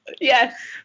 Yes